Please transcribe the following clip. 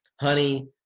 honey